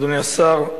אדוני השר,